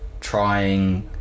trying